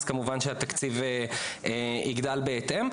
אז כמובן שהתקציב יגדל בהתאם.